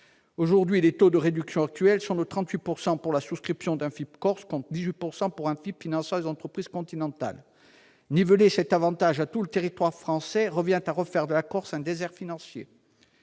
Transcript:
Aujourd'hui, les taux de réduction actuels sont de 38 % pour la souscription d'un FIP-Corse, contre 18 % pour un FIP finançant les entreprises continentales. Niveler cet avantage à tout le territoire français revient à refaire de la Corse un désert financier.